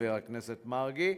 חבר הכנסת מרגי,